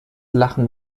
lachen